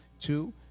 Two